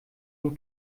den